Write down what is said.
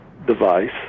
Device